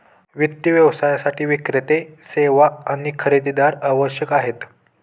वित्त व्यवसायासाठी विक्रेते, सेवा आणि खरेदीदार आवश्यक आहेत